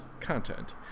content